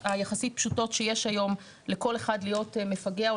היחסית פשוטות שיש היום לכל אחד להיות מפגע או